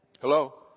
Hello